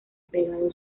pegado